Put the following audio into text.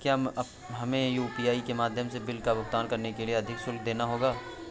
क्या हमें यू.पी.आई के माध्यम से बिल का भुगतान करने के लिए अधिक शुल्क देना होगा?